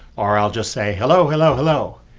or i'll just say hello, hello, hello.